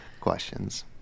questions